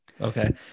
Okay